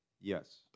Yes